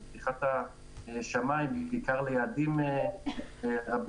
אם זה בפתיחת השמיים בעיקר ליעדים רבים